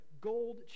gold